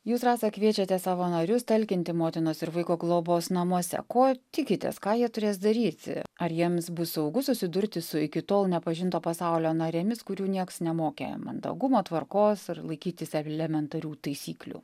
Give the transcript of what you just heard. jūs rasa kviečiate savanorius talkinti motinos ir vaiko globos namuose ko tikitės ką jie turės daryti ar jiems bus saugu susidurti su iki tol nepažinto pasaulio narėmis kurių nieks nemokė mandagumo tvarkos ir laikytis elementarių taisyklių